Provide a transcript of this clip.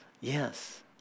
yes